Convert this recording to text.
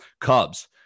Cubs